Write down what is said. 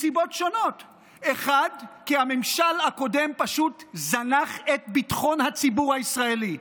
מסיבות שונות: 1. כי הממשל הקודם פשוט זנח את ביטחון הציבור הישראלי,